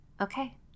Okay